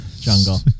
jungle